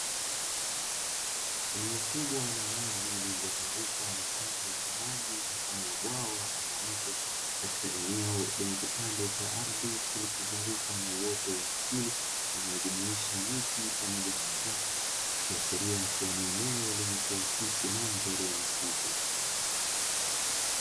Eneo kubwa la wazi lililozungukwa na chanzo cha maji mfano wa bwawa ama mto, katika eneo lenye kipande cha ardhi kilichozungumzwa na uoto wa asili unaojumuisha miti pamoja na vichaka, ikiashiria kuwa ni eneo lenye kuakisi mandhari ya msitu.